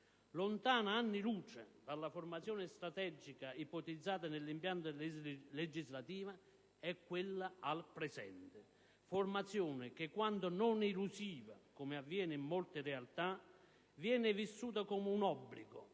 Lontana anni luce dalla formazione strategica ipotizzata nell'impianto legislativo è la formazione presente, che, quando non elusiva, come avviene in molte realtà, viene vissuta come un obbligo